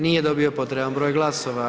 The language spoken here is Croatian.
Nije dobio potreban broj glasova.